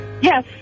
Yes